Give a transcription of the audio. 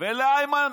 ולאיימן